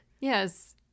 Yes